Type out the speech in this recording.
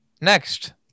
Next